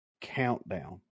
countdown